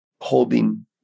holding